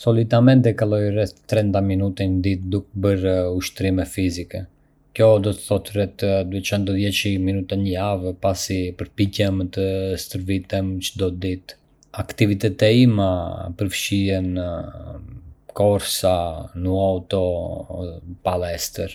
Zakonisht, kaloj rreth trenta minuta në ditë duke bërë ushtrime fizike. Kjo do të thotë rreth duecentodieci minuta në javë, pasi përpiqem të stërvitem çdo ditë. Aktivitetet e mia përfshijnë vrapim, not dhe stërvitje në palestër.